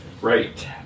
Right